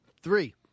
Three